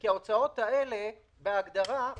באירופה מסבסדים באופן ישיר את הגידול.